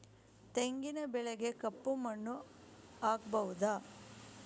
ತೆಂಗಿನ ಬೆಳೆಗೆ ಕಪ್ಪು ಮಣ್ಣು ಆಗ್ಬಹುದಾ?